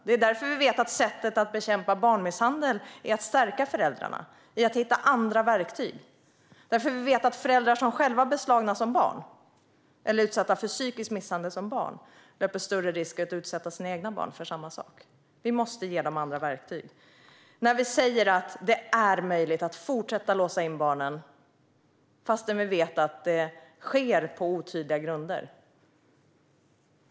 Det är därför vi vet att sättet att bekämpa barnmisshandel är att stärka föräldrarna i att hitta andra verktyg. Vi vet att föräldrar som själva blev slagna som barn eller utsatta för psykisk misshandel som barn löper större risk att utsätta sina egna barn för samma sak. Vi måste ge dem andra verktyg. Vi säger här att det är möjligt att fortsätta att låsa in barn fastän vi vet att det sker på otydliga grunder.